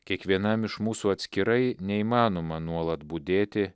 kiekvienam iš mūsų atskirai neįmanoma nuolat budėti